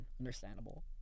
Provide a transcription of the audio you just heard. understandable